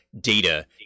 data